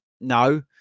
no